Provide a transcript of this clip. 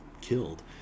killed